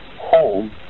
home